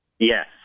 Yes